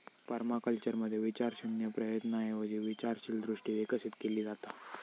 पर्माकल्चरमध्ये विचारशून्य प्रयत्नांऐवजी विचारशील दृष्टी विकसित केली जाता